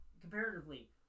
comparatively